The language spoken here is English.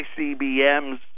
ICBMs